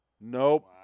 Nope